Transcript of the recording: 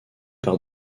par